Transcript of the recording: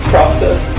Process